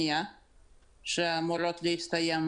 קניה שאמורות להסתיים